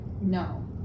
no